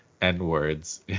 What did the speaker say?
N-words